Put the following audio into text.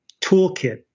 toolkit